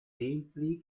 templi